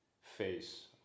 face